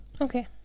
okay